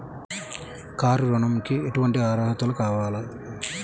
Car ఋణంకి ఎటువంటి అర్హతలు కావాలి?